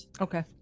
Okay